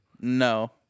No